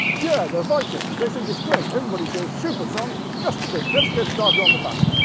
yeah they're vikings! they think it's great, everybody says, super song, just the thing, let's get started on the battle